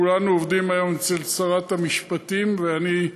כולנו עובדים היום אצל שרת המשפטים, ואני,